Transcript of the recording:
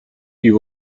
you